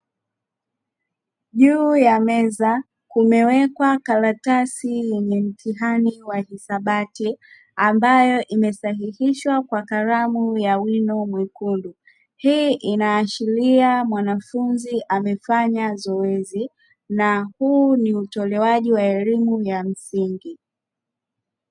Juu ya meza kumewekwa karatasi yenye mtihani wa hisabati ambayo imesahihishwa kwa kalamu ya wino mwekundu. Hii inaashiria mwanafunzi amefanya zoezi na huu ni utolewaji wa elimu ya msingi.